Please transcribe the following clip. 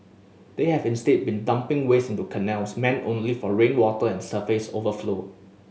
they have instead been dumping waste into canals meant only for rainwater and surface overflow